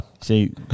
See